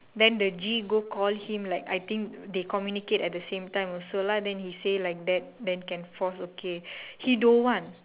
then the G go call him like I think they communicate at the same time also lah then he say like that then can force okay he don't want